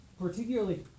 particularly